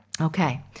Okay